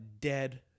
dead